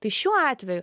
tai šiuo atveju